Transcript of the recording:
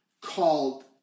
called